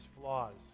flaws